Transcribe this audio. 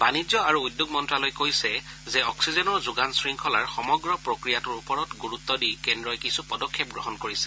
বাণিজ্য আৰু উদ্যোগ মন্ত্যালয়ে কৈছে যে অক্সিজেনৰ যোগান শৃংখলাৰ সমগ্ৰ প্ৰক্ৰিয়াটোৰ ওপৰত গুৰুত্ব দি কেন্দ্ৰই কিছু পদক্ষেপ গ্ৰহণ কৰিছে